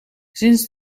sinds